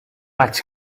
vaig